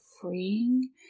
freeing